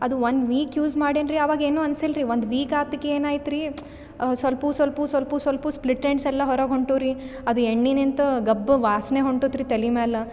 ಅದು one week use ಮಾಡಿನ್ರಿ ಅವಾಗ ಏನು ಅನಿಸಿಲ್ರಿ ಒಂದು ವೀಕ್ ಆತಕ ಏನು ಐತ್ರಿ ಸೊಲ್ಪ ಸೊಲ್ಪ ಸೊಲ್ಪ ಸೊಲ್ಪ ಸ್ಪ್ಲಿಟೆಂಡ್ಸ್ ಎಲ್ಲ ಹೊರಗೆ ಹೊಂಟುರಿ ಅದು ಎಣ್ಣಿನೆಂತ ಗಬ್ಬು ವಾಸನೆ ಹೊಂಟುತ್ರಿ ತಲಿ ಮ್ಯಾಲ